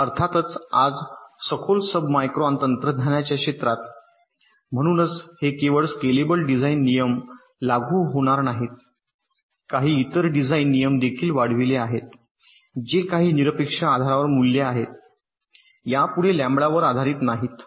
पण अर्थातच आज सखोल सबमायक्रॉन तंत्रज्ञानाच्या क्षेत्रात म्हणूनच हे केवळ स्केलेबल डिझाइन नियम लागू होणार नाहीत काही इतर डिझाइन नियम देखील वाढविले आहेत जे काही निरपेक्ष आधारावर मूल्ये आहेत यापुढे लॅम्बडावर आधारित नाहीत